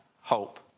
hope